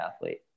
athlete